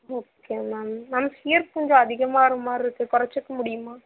okay ma'am ma'am fear கொஞ்சம் அதிகமாகிற மாதிரி இருக்குது கொறைச்சிக்க முடியுமா